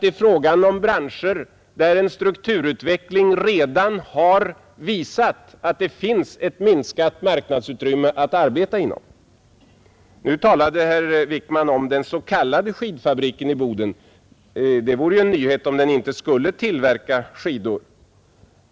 Det är fråga om branscher där en strukturutveckling redan har visat att det finns ett minskat marknadsutrymme att arbeta inom. Nu talade herr Wickman om den s.k. skidfabriken i Boden. Det vore ju en nyhet om den inte skulle tillverka skidor.